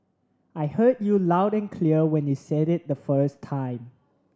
I heard you loud and clear when you said it the first time